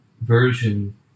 version